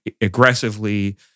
aggressively